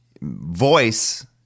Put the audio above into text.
voice